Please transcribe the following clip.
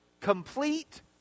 complete